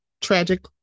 tragic